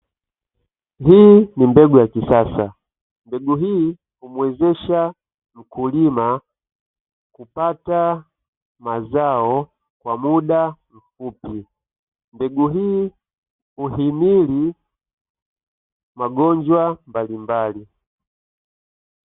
Hii ni mbegu ya kisasa mbegu hii humuwezesha mkulima kupata mazao kwa muda mfupi, mbegu hii huhimili magonjwa mbalimbali.